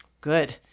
Good